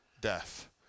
death